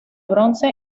bronce